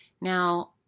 Now